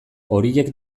horiek